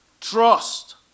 Trust